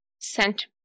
sent